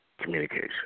Communication